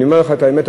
אני אומר לך את האמת,